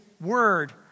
word